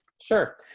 Sure